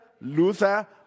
Luther